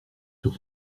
sur